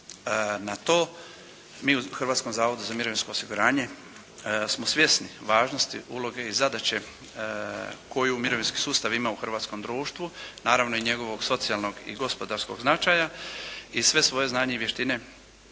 na to mi u Hrvatskom zavodu za mirovinsko osiguranje smo svjesni važnosti uloge i zadaće koju mirovinski sustav ima u hrvatskom društvu, naravno i njegovog socijalnog i gospodarskog značaja i sve svoje znanje i vještine